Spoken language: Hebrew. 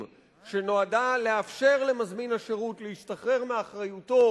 שנועדה לאפשר למזמין השירות להשתחרר מאחריותו